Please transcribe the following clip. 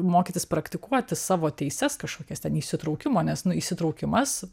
mokytis praktikuoti savo teises kažkokias ten įsitraukimo nes nu įsitraukimas